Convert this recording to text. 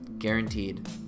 guaranteed